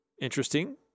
Interesting